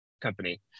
company